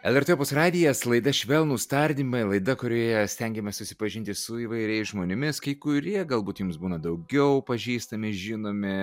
lrt opus radijas laida švelnūs tardymai laida kurioje stengiamės susipažinti su įvairiais žmonėmis kai kurie galbūt jums būna daugiau pažįstami žinomi